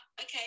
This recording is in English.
okay